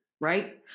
right